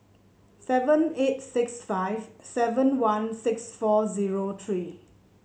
seven eight six five seven one six four zero three